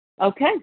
Okay